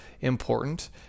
important